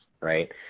right